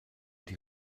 die